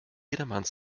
jedermanns